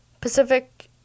Pacific